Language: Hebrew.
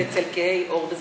ואצל כהי עור.